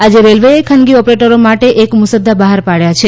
આજે રેલવેએ ખાનગી ઓપરેટરો માટે એક મુસદ્દા બહાર પાડ્યા છે